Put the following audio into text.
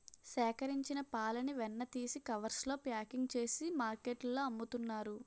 సేకరించిన పాలని వెన్న తీసి కవర్స్ లో ప్యాకింగ్ చేసి మార్కెట్లో అమ్ముతున్నారు